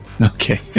Okay